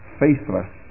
faithless